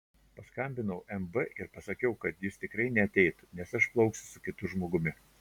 paskambinau mb ir pasakiau kad jis tikrai neateitų nes aš plauksiu su kitu žmogumi